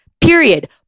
period